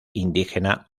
indígena